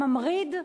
ממריד,